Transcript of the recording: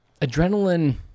adrenaline